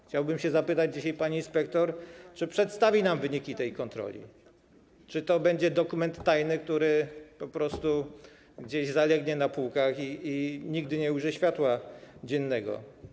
Chciałbym zapytać dzisiaj panią inspektor, czy przedstawi nam wyniki tej kontroli, czy też będzie to dokument tajny, który po prostu gdzieś zalegnie na półkach i nigdy nie ujrzy światła dziennego.